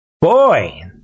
boy